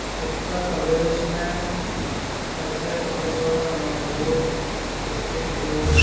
اتر پردیش میں ایسے کونے کونے میں مقبول اسکیپ روم